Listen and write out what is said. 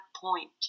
point